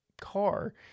car